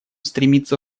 стремиться